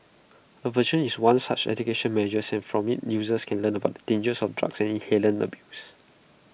aversion is one such education measure and from IT users can learn about the dangers of drug and inhalant abuse